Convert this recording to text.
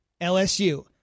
LSU